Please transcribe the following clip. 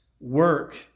work